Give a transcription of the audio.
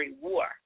War